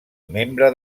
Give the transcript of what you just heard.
membre